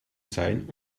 sein